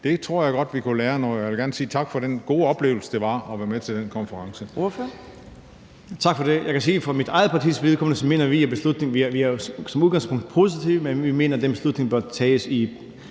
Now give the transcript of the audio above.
Det tror jeg godt vi kunne lære noget af, og jeg vil gerne sige tak for den gode oplevelse, det var at være med til den konference.